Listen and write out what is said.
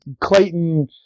Clayton